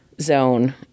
zone